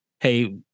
hey